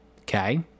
Okay